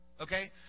Okay